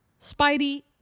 Spidey